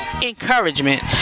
encouragement